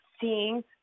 seeing